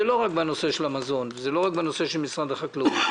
זה לא רק בנושא של המזון ולא רק בנושא של משרד החקלאות.